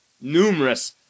numerous